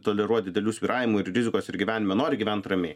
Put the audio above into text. toleruot didelių svyravimų ir rizikos ir gyvenime nori gyvent ramiai